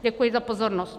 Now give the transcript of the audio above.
Děkuji za pozornost.